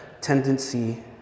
tendency